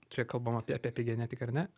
čia kalbam apie apie genetiką ar ne